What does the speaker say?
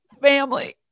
family